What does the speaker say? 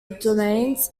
domains